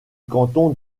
canton